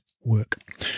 work